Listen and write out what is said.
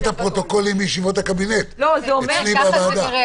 הפרוטוקולים מישיבות הקבינט אצלי בוועדה.